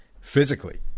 physically